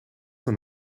van